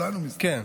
כן,